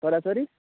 छोरा छोरी